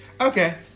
okay